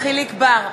יחיאל חיליק בר,